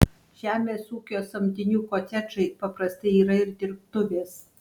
žemės ūkio samdinių kotedžai paprastai yra ir dirbtuvės